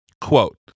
Quote